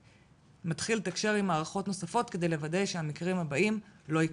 שמתחיל לתקשר עם מערכות נוספות כדי לוודא שהמקרים הבאים לא יקרו.